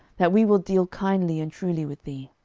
that we will deal kindly and truly with thee.